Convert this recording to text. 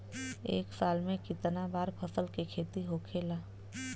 एक साल में कितना बार फसल के खेती होखेला?